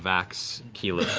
vax, keyleth,